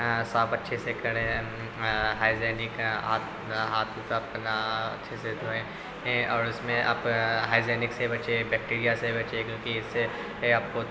صاف اچھے سے کریں ہائجینک ہاتھ ہاتھ کا اپنا اچھے سے دھوئیں اور اس میں آپ ہائجینک سے بچے بیکٹیریا سے بچے کیونکہ اس سے آپ کو